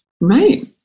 right